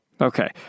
Okay